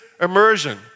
immersion